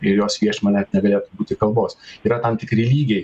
ir jos viešinimą net nederėtų būti kalbos yra tam tikri lygiai